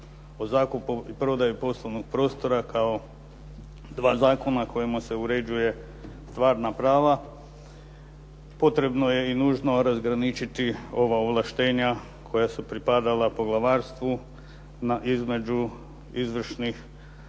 o zakupu i prodaji poslovnog prostora kao dva zakona kojima se uređuje stvarana prava, potrebno je i nužno razgraničiti ova ovlaštenja koja su pripadala poglavarstvu između izvršnih